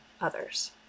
others